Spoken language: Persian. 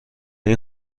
این